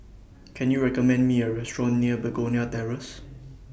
Can YOU recommend Me A Restaurant near Begonia Terrace